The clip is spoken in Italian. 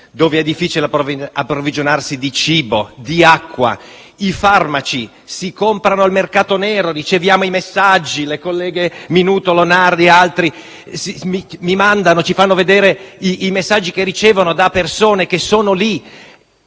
cui è difficile approvvigionarsi di cibo e di acqua. I farmaci si comprano al mercato nero. Riceviamo dei messaggi: le colleghe Minuto, Lonardo e altri ci fanno vedere i messaggi che ricevono da persone che sono lì.